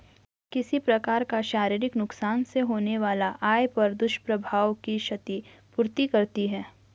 किसी प्रकार का शारीरिक नुकसान से होने वाला आय पर दुष्प्रभाव की क्षति पूर्ति करती है